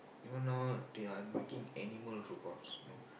even now they are making animal robots know